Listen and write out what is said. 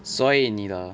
所以你的